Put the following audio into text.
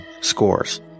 scores